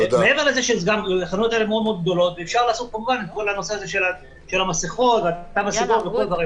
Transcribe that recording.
מעבר לכך שאלה חנויות גדולות מאוד ואפשר לעשות את המסכות והתו הסגול.